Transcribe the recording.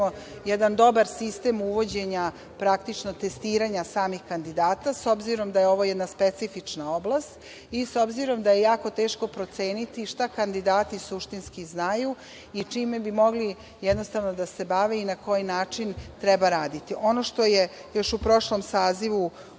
jedan dobar sistem uvođenja, praktično testiranja samih kandidata, s obzirom da je ovo jedna specifična oblast i s obzirom da je jako teško proceniti šta kandidati suštinski znaju i čime bi mogli da se bave i na koji način treba raditi. Način i vrsta